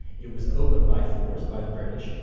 it was opened by force by the british,